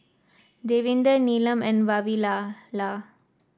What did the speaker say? Davinder Neelam and Vavilala